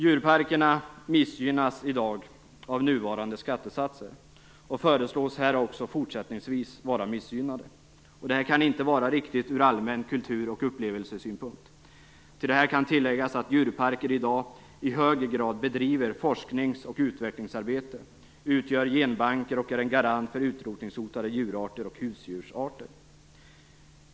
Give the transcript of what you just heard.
Djurparkerna missgynnas i dag av nuvarande skattesatser och föreslås fortsättningsvis vara missgynnade. Det kan inte vara riktigt från allmän kultur och upplevelsesynpunkt. Det kan tilläggas att djurparker i dag i hög grad bedriver forskningsoch utvecklingsarbete. De utgör genbanker och är en garant för utrotningshotade djurarter och husdjursarter.